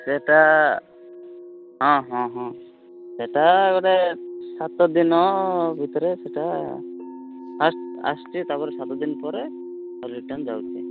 ସେଇଟା ହଁ ହଁ ହଁ ସେଇଟା ଗୋଟେ ସାତଦିନ ଭିତରେ ସେଇଟା ଫାଷ୍ଟ ଆସିଛି ସାତଦିନ ପରେ ରିଟର୍ଣ୍ଣ ଯାଉଛି